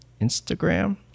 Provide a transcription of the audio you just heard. Instagram